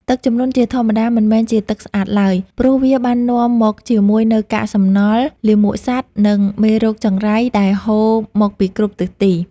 ទឹកជំនន់ជាធម្មតាមិនមែនជាទឹកស្អាតឡើយ ព្រោះវាបាននាំមកជាមួយនូវកាកសំណល់ លាមកសត្វ និងមេរោគចង្រៃដែលហូរមកពីគ្រប់ទិសទី។